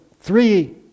three